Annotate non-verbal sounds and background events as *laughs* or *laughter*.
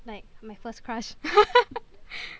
like my first crush *laughs*